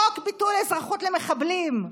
חוק ביטול אזרחות למחבלים,